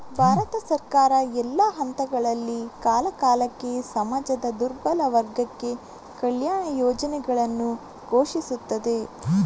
ಭಾರತ ಸರ್ಕಾರ, ಎಲ್ಲಾ ಹಂತಗಳಲ್ಲಿ, ಕಾಲಕಾಲಕ್ಕೆ ಸಮಾಜದ ದುರ್ಬಲ ವರ್ಗಕ್ಕೆ ಕಲ್ಯಾಣ ಯೋಜನೆಗಳನ್ನು ಘೋಷಿಸುತ್ತದೆ